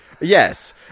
Yes